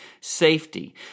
safety